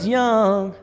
young